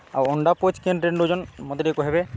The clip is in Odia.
ଆଉ ଅଣ୍ଡା ପୋଚ୍ କେନ୍ ରେଟ୍ ନଉଚନ୍ ମତେ ଟିକେ କହେବେ